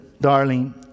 darling